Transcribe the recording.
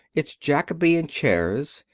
its jacobean chairs,